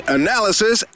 analysis